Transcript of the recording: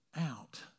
out